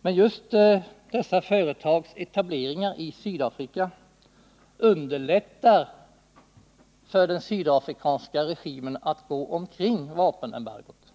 Men just den etablering av företag i Sydafrika som sker underlättar för den sydafrikanska regimen att kringgå vapenembargot.